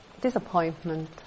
disappointment